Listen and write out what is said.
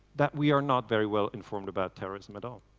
that we are not very well informed about terrorism at all.